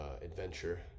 adventure